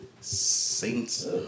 Saints